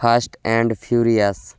fast and furious